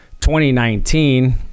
2019